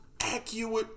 Accurate